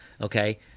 Okay